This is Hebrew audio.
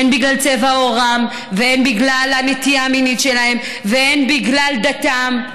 הן בגלל צבע עורם והן בגלל הנטייה המינית שלהם והן בגלל דתם.